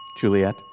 Juliet